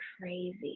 crazy